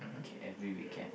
okay every weekend